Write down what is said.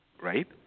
right